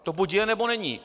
To buď je, nebo není.